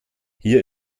hier